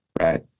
right